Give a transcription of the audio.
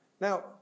Now